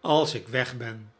als ik weg ben